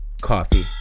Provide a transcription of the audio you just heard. Coffee